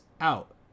out